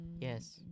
Yes